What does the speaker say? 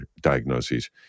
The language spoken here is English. diagnoses